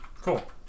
Cool